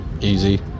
Easy